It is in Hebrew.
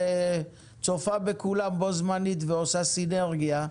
מולטיטאסקינג צופה בכולם בו-זמנית ועושה סינרגיה.